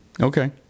okay